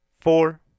Four